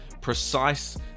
precise